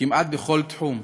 כמעט בכל תחום,